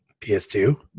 PS2